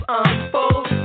unfold